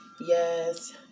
Yes